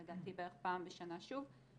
לדעתי בערך פעם בשנה שוב.